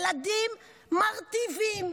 ילדים מרטיבים,